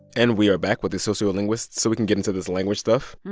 and we are back with the sociolinguist so we can get into this language stuff.